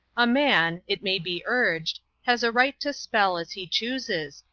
a man, it may be urged, has a right to spell as he chooses,